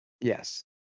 Yes